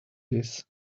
this